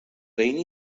rainy